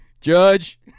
Judge